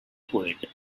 poet